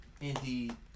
Indeed